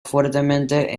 fuertemente